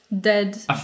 dead